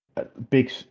big